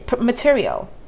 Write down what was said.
material